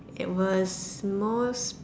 it was most